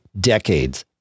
decades